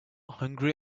hungry